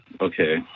Okay